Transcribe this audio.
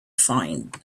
find